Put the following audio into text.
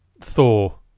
thor